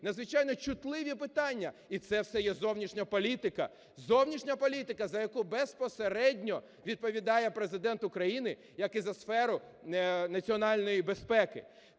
надзвичайно чутливі питання, і це все є зовнішня політика, зовнішня політика, за яку безпосередньо відповідає Президент України як і за сферу національної безпеки.